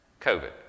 COVID